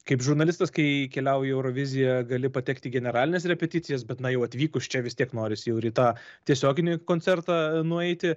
kaip žurnalistas kai keliauji į euroviziją gali patekti į generalines repeticijas bet na jau atvykus čia vis tiek norisi jau ir į tą tiesioginį koncertą nueiti